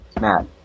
Matt